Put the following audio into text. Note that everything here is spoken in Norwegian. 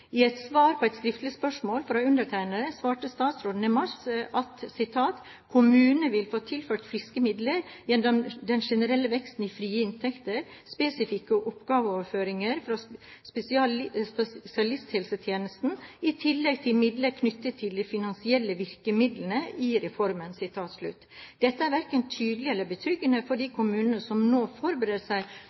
I et svar på et skriftlig spørsmål fra undertegnede svarte statsråden i mars: «Kommunene vil få tilført friske midler gjennom den generelle veksten i frie inntekter, spesifikke oppgaveoverføringer fra spesialisthelsetjenesten i tillegg til midlene knyttet til de finansielle virkemidlene i reformen.» Dette er verken tydelig eller betryggende for de kommunene som nå forbereder seg